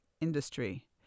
industry